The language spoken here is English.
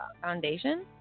foundation